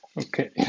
Okay